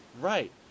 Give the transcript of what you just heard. Right